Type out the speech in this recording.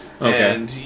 Okay